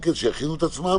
שיכינו את עצמם